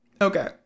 Okay